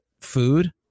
food